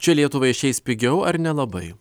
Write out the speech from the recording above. čia lietuvai išeis pigiau ar nelabai